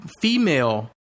female